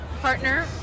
partner